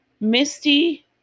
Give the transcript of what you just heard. Misty